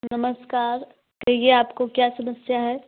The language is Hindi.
नमस्कार कहिए आपको क्या समस्या है